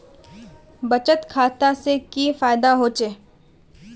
बचत खाता से की फायदा होचे?